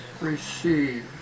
receive